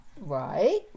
Right